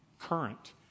current